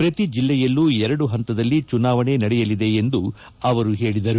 ಪ್ರತಿ ಜಿಲ್ಲೆಯಲ್ಲೂ ಎರಡು ಪಂತದಲ್ಲಿ ಚುನಾವಣೆ ನಡೆಯಲಿದೆ ಎಂದು ಅವರು ಹೇಳಿದರು